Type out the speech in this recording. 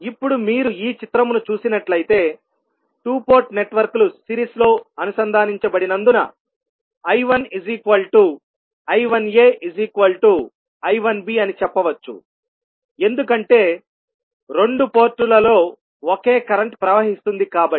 ఇప్పుడు మీరు ఈ చిత్రమును చూసినట్లయితే 2 పోర్ట్ నెట్వర్క్లు సిరీస్లో అనుసంధానించబడినందున I1I1aI1b అని చెప్పవచ్చు ఎందుకంటే రెండు పోర్టులలో ఒకే కరెంట్ ప్రవహిస్తుంది కాబట్టి